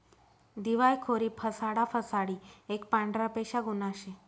दिवायखोरी फसाडा फसाडी एक पांढरपेशा गुन्हा शे